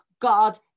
God